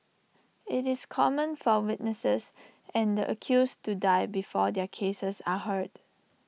IT is common for witnesses and the accused to die before their cases are heard